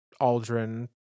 Aldrin